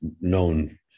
known